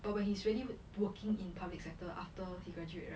but when he's really working in public sector after he graduate right